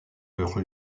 leur